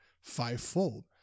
fivefold